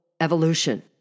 evolution